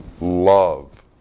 love